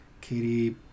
katie